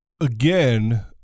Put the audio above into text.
again